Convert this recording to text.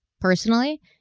personally